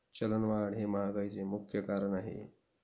चलनवाढ हे महागाईचे मुख्य कारण आहे